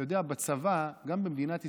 אתה יודע, בצבא, גם במדינת ישראל,